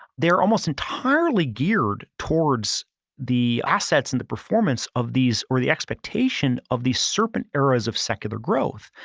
they're almost entirely geared towards the assets and the performance of these or the expectation of the serpent areas of secular growth.